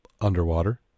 underwater